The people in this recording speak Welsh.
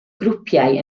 grwpiau